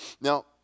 Now